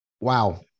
wow